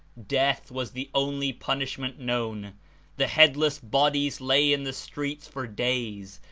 death was the only punish ment known the headless bodies lay in the streets for days,